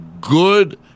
good